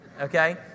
Okay